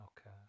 Okay